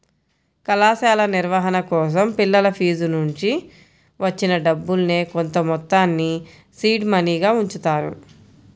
కళాశాల నిర్వహణ కోసం పిల్లల ఫీజునుంచి వచ్చిన డబ్బుల్నే కొంతమొత్తాన్ని సీడ్ మనీగా ఉంచుతారు